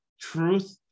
Truth